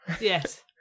Yes